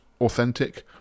authentic